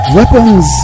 weapons